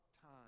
time